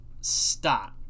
stop